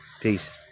Peace